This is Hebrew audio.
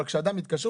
אבל כשאדם מתקשר,